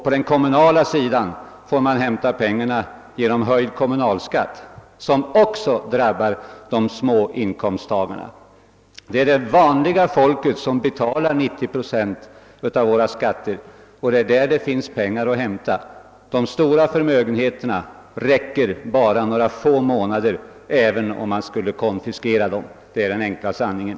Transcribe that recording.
På den kommunala sidan får man skaffa pengar genom höjd kommunalskatt, som också drabbar de små inkomsttagarna. Det är det vanliga folket som betalar 90 procent av våra skatter, och det är hos dem det finns pengar att hämta. De stora förmögenheterna räcker bara några få månader, även om man helt konfiskerar dem. Det är den enkla sanningen.